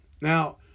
Now